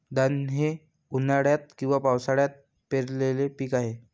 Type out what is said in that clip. धान हे उन्हाळ्यात किंवा पावसाळ्यात पेरलेले पीक आहे